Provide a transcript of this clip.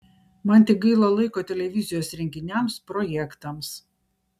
man tik gaila laiko televizijos renginiams projektams